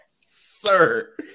Sir